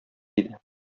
иде